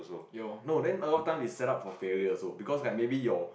ya lor no then a lot of time they set up for failure also because like maybe your